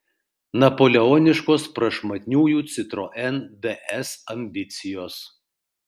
napoleoniškos prašmatniųjų citroen ds ambicijos